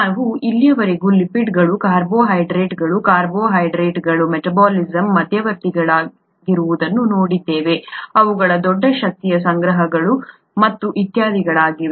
ನಾವು ಇಲ್ಲಿಯವರೆಗೆ ಲಿಪಿಡ್ಗಳು ಕಾರ್ಬೋಹೈಡ್ರೇಟ್ಗಳು ಕಾರ್ಬೋಹೈಡ್ರೇಟ್ಗಳು ಮೆಟಾಬಾಲಿಸಮ್ನಲ್ಲಿ ಮಧ್ಯವರ್ತಿಗಳಾಗಿರುವುದನ್ನು ನೋಡಿದ್ದೇವೆ ಅವುಗಳು ದೊಡ್ಡ ಶಕ್ತಿಯ ಸಂಗ್ರಹಗಳು ಮತ್ತು ಇತ್ಯಾದಿಗಳಾಗಿವೆ